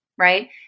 right